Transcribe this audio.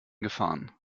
gefahren